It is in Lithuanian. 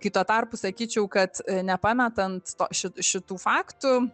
kai tuo tarpu sakyčiau kad nepametant to šit šitų faktų